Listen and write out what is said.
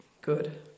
Good